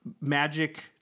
Magic